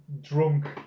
drunk